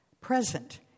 present